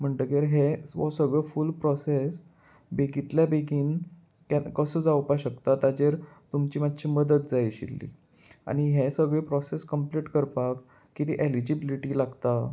म्हणटगीर हे हो सगळो फूल प्रोसेस बेगींतल्या बेगीन के कसो जावपाक शकता ताचेर तुमची मातशी मदत जाय आशिल्ली आनी हे सगळे प्रोसेस कंप्लीट करपाक कितें एलिजीबिलिटी लागता